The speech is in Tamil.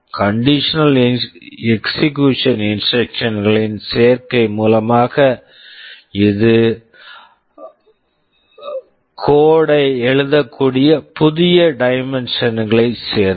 conditional execution instructions conditional execution instructions களின் சேர்க்கை மூலமாக இது மக்கள் கோட் code களை எழுதக்கூடிய புதிய டைமென்ஷன் dimension ஐச் சேர்த்தது